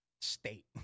state